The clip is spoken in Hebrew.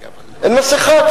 אין מסכה,